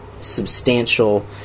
substantial